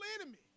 enemy